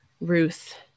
Ruth